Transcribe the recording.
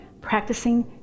practicing